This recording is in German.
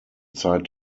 zeit